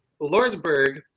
Lordsburg